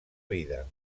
vida